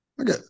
Okay